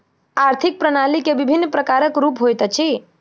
आर्थिक प्रणाली के विभिन्न प्रकारक रूप होइत अछि